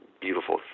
beautiful